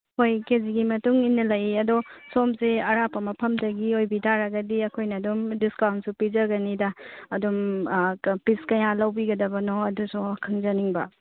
ꯍꯣꯏ ꯀꯦꯖꯤꯒꯤ ꯃꯇꯨꯡꯏꯟꯅ ꯂꯩꯌꯦ ꯑꯗꯨ ꯁꯣꯝꯁꯦ ꯑꯔꯥꯞꯄ ꯃꯐꯝꯗꯒꯤ ꯑꯣꯏꯕꯤ ꯇꯥꯔꯒꯗꯤ ꯑꯩꯈꯣꯏꯅ ꯑꯗꯨꯝ ꯗꯤꯁꯀꯥꯎꯟꯁꯨ ꯄꯤꯖꯒꯅꯤꯗ ꯑꯗꯨꯝ ꯄꯤꯁ ꯀꯌꯥ ꯂꯧꯕꯤꯒꯗꯕꯅꯣ ꯑꯗꯨꯁꯨ ꯈꯪꯖꯅꯤꯡꯕ